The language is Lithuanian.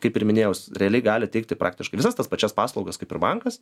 kaip ir minėjau realiai gali teikti praktiškai visas tas pačias paslaugas kaip ir bankas